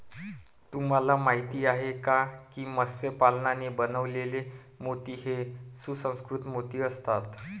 तुम्हाला माहिती आहे का की मत्स्य पालनाने बनवलेले मोती हे सुसंस्कृत मोती असतात